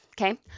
Okay